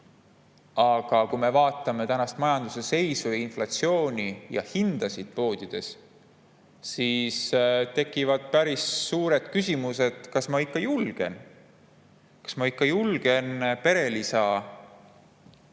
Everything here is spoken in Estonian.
Aga kui me vaatame praegust majanduse seisu, inflatsiooni ja hindasid poodides, siis tekivad päris suured küsimused, et kas ma ikka julgen perelisa